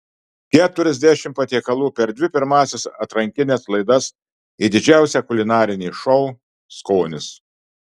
keturiasdešimt patiekalų per dvi pirmąsias atrankines laidas į didžiausią kulinarinį šou skonis